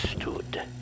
stood